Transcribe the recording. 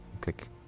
Click